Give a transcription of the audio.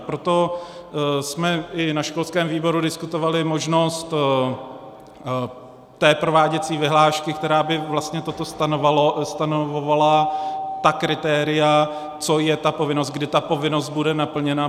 Proto jsme i na školském výboru diskutovali možnost té prováděcí vyhlášky, která by vlastně toto stanovovala, ta kritéria, co je ta povinnost, kdy ta povinnost bude naplněna.